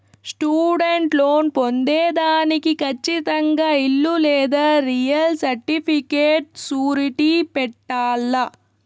student loan పొందేదానికి కచ్చితంగా ఇల్లు లేదా రియల్ సర్టిఫికేట్ సూరిటీ పెట్టాల్ల